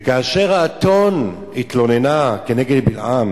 וכאשר האתון התלוננה כנגד בלעם